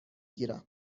گیرم